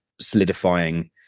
solidifying